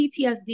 PTSD